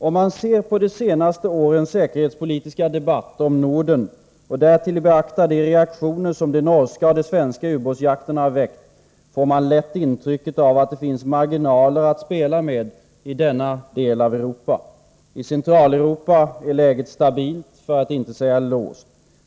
”Om man ser på de senaste årens säkerhetspolitiska debatt om Norden och därtill beaktar de reaktioner som de norska och svenska ubåtsjakterna har väckt, får man lätt intrycket att det finns marginaler att spela med i denna del av Europa. I Centraleuropa är läget stabilt, för att inte säga låst.